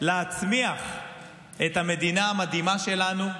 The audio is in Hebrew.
להצמיח את המדינה המדהימה שלנו,